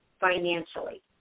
financially